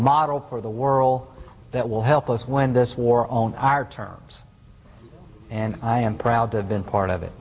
model for the world that will help us win this war on our terms and i am proud to have been part of it